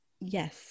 Yes